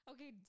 Okay